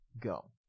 go